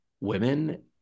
Women